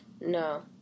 No